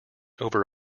over